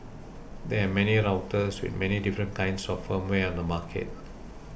there are many routers with many different kinds of firmware on the market